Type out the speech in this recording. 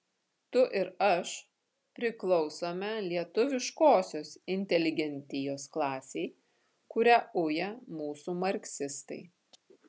tu ir aš priklausome lietuviškosios inteligentijos klasei kurią uja mūsų marksistai